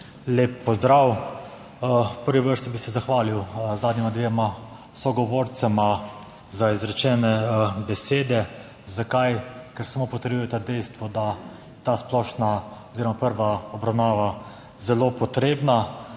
lep pozdrav! V prvi vrsti bi se zahvalil zadnjima dvema sogovorcema za izrečene besede. Zakaj? Ker samo potrjujeta dejstvo, da je ta splošna oziroma prva obravnava zelo potrebna.